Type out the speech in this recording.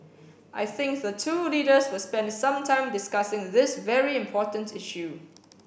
I think the two leaders will spend some time discussing this very important issue